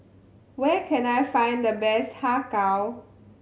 where can I find the best Har Kow